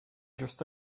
just